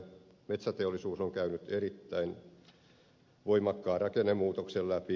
metsäteollisuus on käynyt erittäin voimakkaan rakennemuutoksen läpi